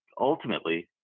ultimately